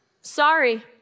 sorry